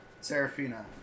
Serafina